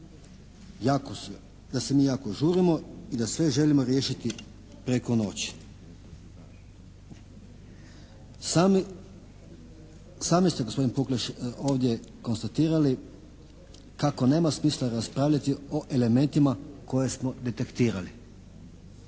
da mi jako žurimo i da sve želimo riješiti preko noći. Sami ste gospodin Pukleš ovdje konstatirali kako nema smisla raspravljati o elementima koje smo detektirali.